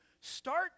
start